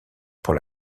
pour